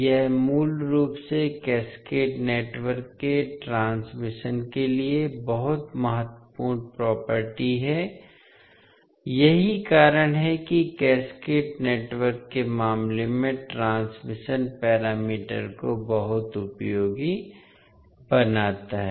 यह मूल रूप से कैस्केड नेटवर्क के ट्रांसमिशन के लिए बहुत महत्वपूर्ण प्रॉपर्टी है यही कारण है कि कैस्केड नेटवर्क के मामले में ट्रांसमिशन पैरामीटर को बहुत उपयोगी बनाता है